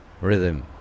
rhythm